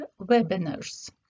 webinars